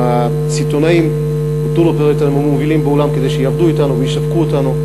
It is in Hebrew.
הסיטונאים המובילים בעולם כדי שיעבדו אתנו וישווקו אותנו,